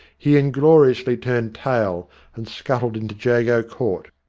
he ingloriously turned tail and scuttled into j ago court.